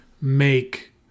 make